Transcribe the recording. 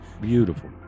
Beautiful